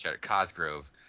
Cosgrove